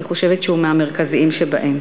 אני חושבת שהוא מהמרכזיים שבהם.